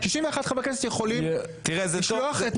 61 חברי כנסת יכולים.